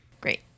Great